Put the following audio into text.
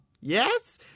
Yes